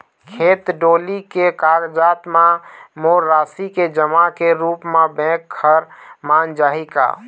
खेत डोली के कागजात म मोर राशि के जमा के रूप म बैंक हर मान जाही का?